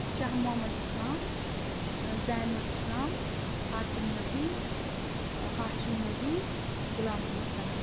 Shah Mohammad Islam Zainul Islam Aqib Nabi Hashim Nabi Ghulam Ahmad Ganai